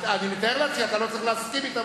אני מתאר לעצמי שאתה לא צריך להסכים אתה,